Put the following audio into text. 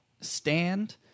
stand